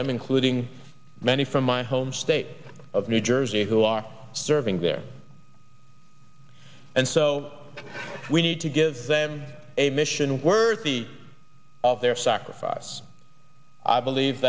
them including many from my home state of new jersey who are serving there and so we need to give them a mission worthy of their sacrifice i believe